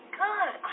good